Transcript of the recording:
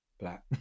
black